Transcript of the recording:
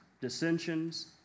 dissensions